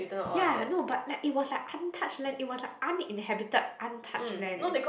ya no but like it was like untouched land it was like uninhabited untouched land eh